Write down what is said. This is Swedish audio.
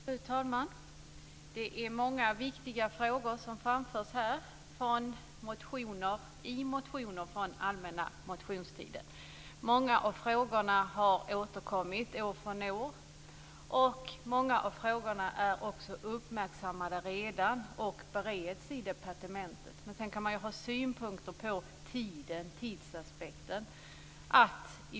Fru talman! Det är många viktiga frågor i motioner från den allmänna motionstiden som behandlas här. Många av frågorna återkommer år efter år, och många av frågorna är redan uppmärksammade och bereds i departementet. Sedan kan man ha synpunkter på tidsaspekten.